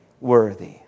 Worthy